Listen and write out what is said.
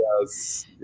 Yes